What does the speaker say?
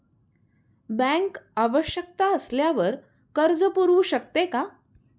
Bank आवश्यकता असल्यावर कर्ज पुरवू शकते का?